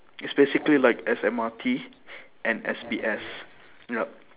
it's basically like S_M_R_T and S_B_S yup